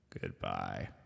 Goodbye